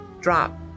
drop